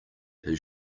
his